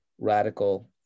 radical